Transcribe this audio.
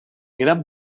gran